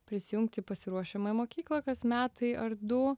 prisijungt į pasiruošiamąją mokyklą kas metai ar du